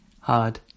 hard